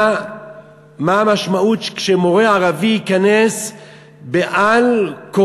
מה המשמעות שמורה ערבי ייכנס על-כורחו